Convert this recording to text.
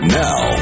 now